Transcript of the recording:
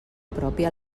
pròpia